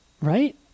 Right